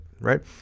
right